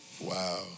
Wow